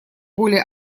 более